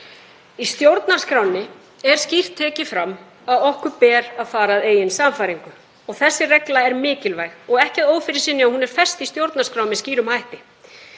Í stjórnarskránni er skýrt tekið fram að okkur ber að fara að eigin sannfæringu. Þessi regla er mikilvæg og ekki að ófyrirsynju að hún er fest í stjórnarskrá með skýrum hætti.